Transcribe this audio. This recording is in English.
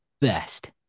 best